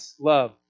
love